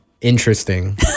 Interesting